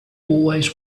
always